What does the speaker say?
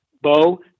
Bo